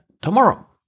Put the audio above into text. tomorrow